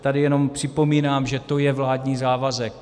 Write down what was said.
Tady jenom připomínám, že to je vládní závazek.